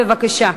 בבקשה.